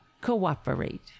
cooperate